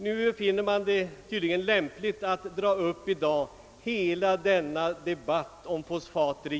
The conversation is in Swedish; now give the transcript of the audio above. Nu finner man det tydligen lämpligt att återigen dra upp hela debatten om fosfat.